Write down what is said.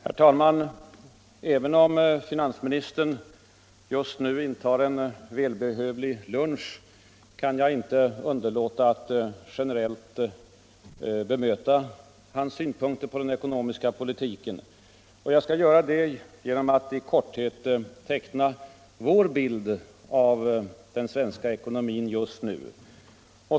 Herr talman! Även om finansministern just nu intar en välbehövlig lunch kan jag inte underlåta att generellt bemöta hans synpunkter på den ekonomiska politiken. Jag skall göra det genom att i korthet teckna vår bild av den svenska ekonomin just nu.